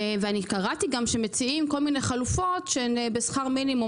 קראתי גם שמציעים כל מיני חלופות בשכר מינימום,